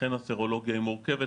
לכן הסרולוגיה היא מורכבת.